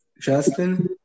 Justin